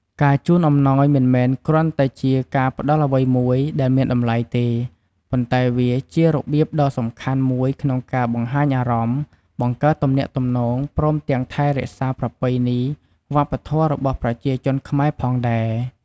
ការជូនអំណោយមិនមែនគ្រាន់តែជាការផ្ដល់អ្វីមួយដែលមានតម្លៃទេ ប៉ុន្តែវាជារបៀបដ៏សំខាន់មួយក្នុងការបង្ហាញអារម្មណ៍ បង្កើតទំនាក់ទំនង ព្រមទាំងថែរក្សាប្រពៃណីវប្បធម៌របស់ប្រជាជនខ្មែរផងដែរ។